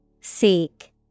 Seek